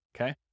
okay